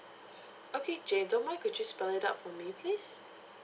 okay jane don't mind could you spell it out for me please